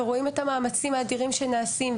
רואים את המאמצים האדירים שנעשים,